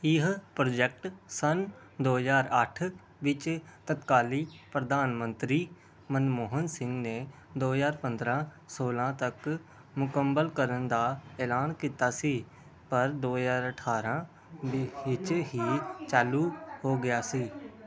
ਇਹ ਪ੍ਰਜੈਕਟ ਸੰਨ ਦੋ ਹਜ਼ਾਰ ਅੱਠ ਵਿੱਚ ਤਤਕਾਲੀ ਪ੍ਰਧਾਨ ਮੰਤਰੀ ਮਨਮੋਹਨ ਸਿੰਘ ਨੇ ਦੋ ਹਜ਼ਾਰ ਪੰਦਰ੍ਹਾਂ ਸੌਲ੍ਹਾਂ ਤੱਕ ਮੁਕੰਮਲ ਕਰਨ ਦਾ ਐਲਾਨ ਕੀਤਾ ਸੀ ਪਰ ਦੋ ਹਜ਼ਾਰ ਅਠਾਰ੍ਹਾਂ ਵਿੱਚ ਹੀ ਚਾਲੂ ਹੋ ਗਿਆ ਸੀ